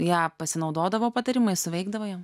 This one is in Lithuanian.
jie pasinaudodavo patarimais veikdavo jiem